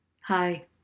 Hi